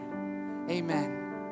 Amen